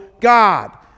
God